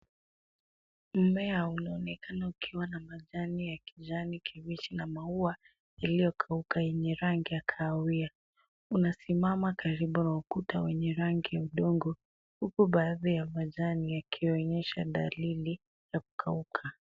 Mmea unaoneka ukuwa na majani ya kijani kibichi na maua iliyo kauka yenye rangi ya kahawia unasimama karibu na ukuta wenye rangi ya udongo huku baadhi ya majani yakionyesha dalili ya kukauka.